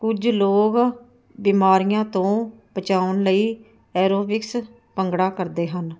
ਕੁਝ ਲੋਕ ਬਿਮਾਰੀਆਂ ਤੋਂ ਬਚਣ ਲਈ ਐਰੋਬਿਕਸ ਭੰਗੜਾ ਕਰਦੇ ਹਨ